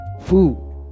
food